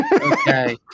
okay